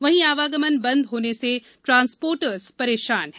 वहीं आवागमन बंद होने से ट्रान्सपोर्टस परेशान हैं